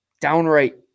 downright